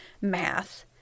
math